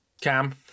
Cam